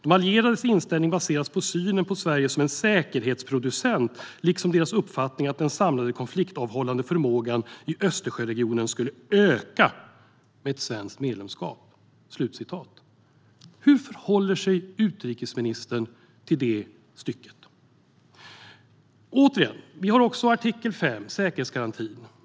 De allierades inställning baseras på synen på Sverige som en säkerhetsproducent liksom deras uppfattning att den samlade konfliktavhållande förmågan i Östersjöregionen skulle öka med ett svenskt medlemskap." Hur förhåller sig utrikesministern till det stycket? Återigen: Vi har också artikel 5, säkerhetsgarantin.